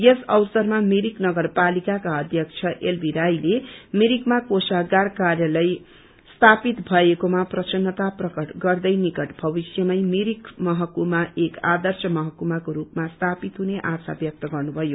यस अवसरमा मिरिक नगरपालिकाका अध्यक्ष एल बी राई मिरिकमा कोषागार कार्यालय स्थापित भएकोमा प्रसन्नता प्रकट गर्दै निकट भविष्यमै मिरिक महकुमा एक आदर्श महकुमाको रूपमा स्थपित हुने आशा व्यक्त गर्नुभयो